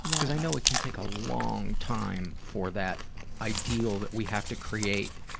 because i know it can take a long time for that ideal that we have to create